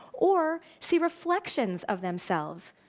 or see reflections of themselves,